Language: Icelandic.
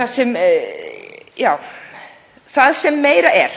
Það sem meira er,